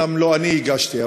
אומנם לא אני הגשתי,